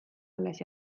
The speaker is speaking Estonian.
alles